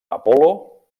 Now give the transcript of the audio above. apol·lo